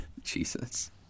Jesus